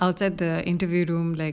outside the interview room like